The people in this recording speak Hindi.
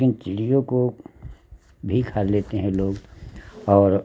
लेकिन चिड़ियों को भी खा लेते हैं लोग और